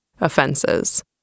offenses